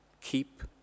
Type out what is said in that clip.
Keep